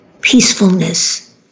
peacefulness